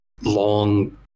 long